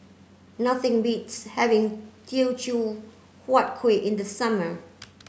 nothing beats having Teochew Huat Kuih in the summer